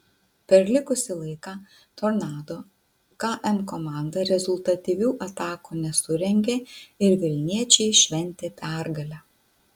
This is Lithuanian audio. per likusį laiką tornado km komanda rezultatyvių atakų nesurengė ir vilniečiai šventė pergalę